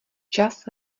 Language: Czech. čas